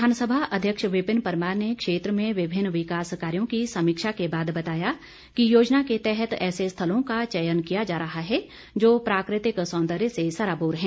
विधानसभा अध्यक्ष विपिन परमार ने क्षेत्र में विभिन्न विकास कार्यों की समीक्षा के बाद बताया कि योजना के तहत ऐसे स्थलों का चयन किया जा रहा है जो प्राकृतिक सौंदर्य से सराबोर है